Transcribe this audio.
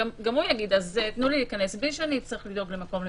גם הוא יגיד: תנו לי להיכנס בלי שאצטרך לדאוג למקום לבידוד.